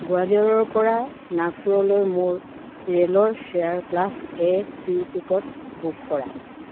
গোৱালিয়ৰৰ পৰা নাগপুৰলৈ মোৰ ৰে'লৰ chair class A C ticket book কৰা